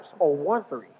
0-1-3